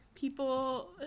People